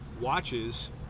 watches